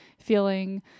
feeling